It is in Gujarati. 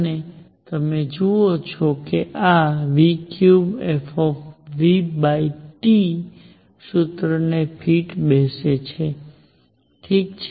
અને તમે જુઓ છો કે આ 3f સૂત્ર ને ફિટ બેસે છે ઠીક છે